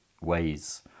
ways